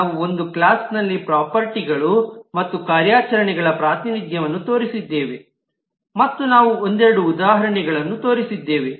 ನಾವು ಒಂದು ಕ್ಲಾಸ್ನಲ್ಲಿ ಪ್ರಾಪರ್ಟೀಗಳು ಮತ್ತು ಕಾರ್ಯಾಚರಣೆಗಳ ಪ್ರಾತಿನಿಧ್ಯವನ್ನು ತೋರಿಸಿದ್ದೇವೆ ಮತ್ತು ನಾವು ಒಂದೆರಡು ಉದಾಹರಣೆಗಳನ್ನು ತೋರಿಸಿದ್ದೇವೆ